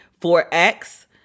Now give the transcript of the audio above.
4X